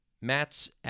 Matt's